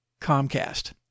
Comcast